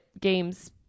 games